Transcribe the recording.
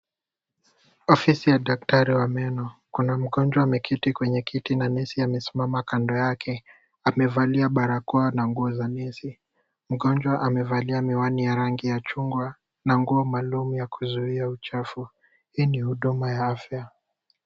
Ofisi ya daktari wa meno ,kuna mgonjwa ameketi kwenye kiti na nesi amesimama kando yake, amevalia barakoa na nguo za nesi ,mgonjwa amevalia miwani ya rangi ya chungwa na nguo maalum ya kuzuia uchafu ,hii ni huduma ya afya.